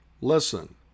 listen